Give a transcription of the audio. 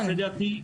אוקיי.